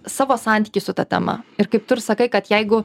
savo santykį su ta tema ir kaip tu ir sakai kad jeigu